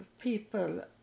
people